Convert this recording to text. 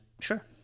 Sure